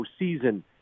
postseason